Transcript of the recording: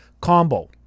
combo